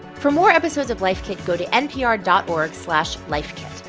for more episodes of life kit, go to npr dot org slash lifekit.